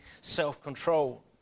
self-control